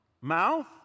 mouth